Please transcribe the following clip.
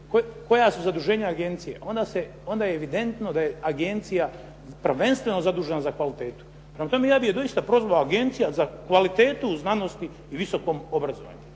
je su zaduženja agencije, onda je evidentno da je agencija prvenstveno zadužena za kvalitetu. Prema tome ja bih je doista prozvao agencija za kvalitetu u znanosti i visokom obrazovanju.